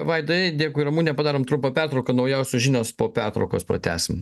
vaidai dėkui ramune padarom trumpą pertrauką naujausios žinios po pertraukos pratęsim